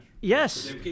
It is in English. Yes